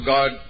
God